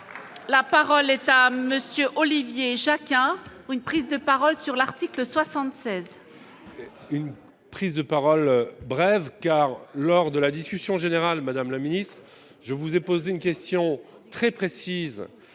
la parole est à monsieur Olivier Jacquin, une prise de parole sur l'article 76. Prise de parole brève car lors de la discussion générale, Madame le Ministre, je vous ai posé une question très précise